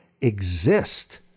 exist